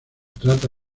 trata